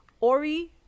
Ori